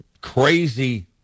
crazy